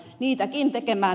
mutta ed